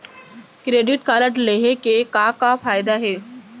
Credit card लेहे के का का फायदा हे?